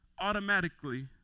automatically